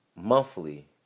monthly